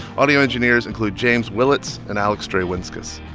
audio engineers include james willits and alex drewinzkis.